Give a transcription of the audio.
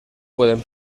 pueden